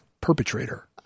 perpetrator